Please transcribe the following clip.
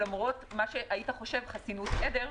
שלמרות מה שהיית חושב חסינות עדר,